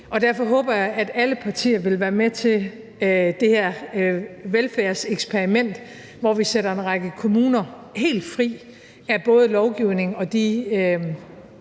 Derfor håber jeg, at alle partier vil være med til det her velfærdseksperiment, hvor vi sætter en række kommuner helt fri af både lovgivning og de